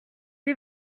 est